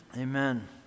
amen